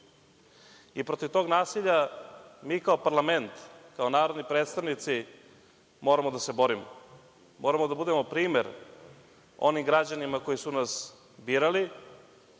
Protiv tog nasilja mi kao parlament kao narodni predstavnici moramo da se borimo. Moramo da budemo primer onim građanima koji su nas birali,